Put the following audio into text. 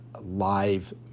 live